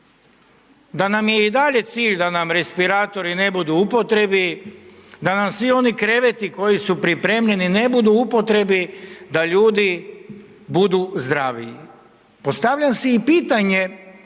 Da nam je i dalje cilj da nam respiratori ne budu u upotrebi, da nam svi oni kreveti koji su pripremljeni ne budu u upotrebi, da ljudi budu zdravi. Postavljam si i pitanje